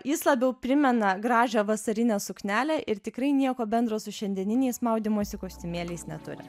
jis labiau primena gražią vasarinę suknelę ir tikrai nieko bendro su šiandieniniais maudymosi kostiumėliais neturi